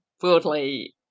broadly